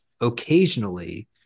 occasionally